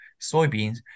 soybeans